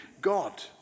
God